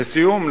לסיום,